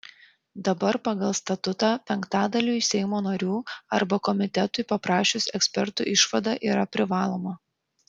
dabar pagal statutą penktadaliui seimo narių arba komitetui paprašius ekspertų išvada yra privaloma